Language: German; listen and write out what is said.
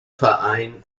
verein